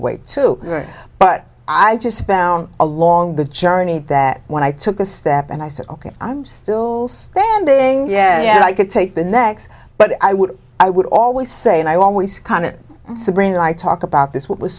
away to but i just found along the journey that when i took a step and i said ok i'm still standing yeah i could take the next but i would i would always say and i always kind of sobering that i talk about this what was